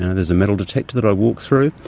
and and is a metal detector that i walk through.